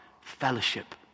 fellowship